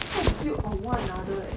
他 built on one another eh